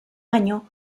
año